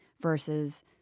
versus